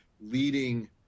leading